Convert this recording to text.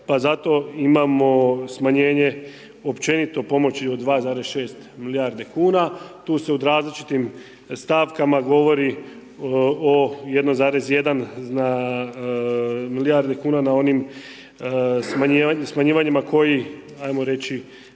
pa zato imamo smanjenje, općenito pomoći od 2,6 milijarde kn. Tu se u različitih stavkama govori o 1,1 milijarde kn na onim smanjivanjima koji, ajmo reći,